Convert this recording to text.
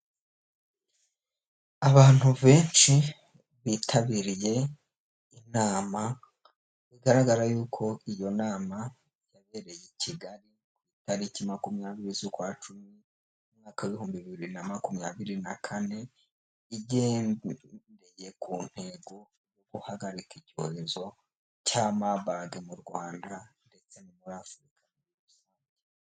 Abantu benshi bitabiriye inama bigaragara yuko iyo nama yabereye i Kigali ku itariki makumyabiri z'ukwacumi umwaka w'ibihumbi bibiri na makumyabiri na kane, igendeye ku ntego yo guhagarika icyorezo cya mabage mu Rwanda ndetse no muri Afurika.